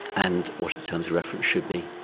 and what its terms of reference should be.